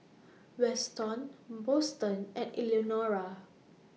Weston Boston and Eleonora